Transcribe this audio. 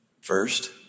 First